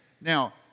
Now